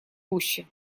гуще